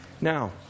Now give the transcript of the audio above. Now